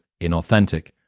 inauthentic